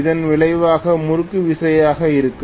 இது விளைவாக முறுக்குவிசையாக இருக்கும்